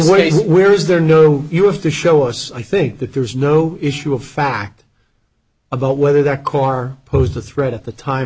way where is there no you have to show us i think that there's no issue of fact about whether that core posed a threat at the time